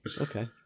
okay